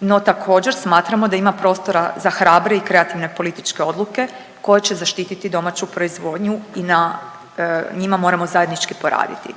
no također smatramo da ima prostora za hrabre i kreativne političke odluke koje će zaštiti domaću proizvodnju i na njima moramo zajednički poraditi.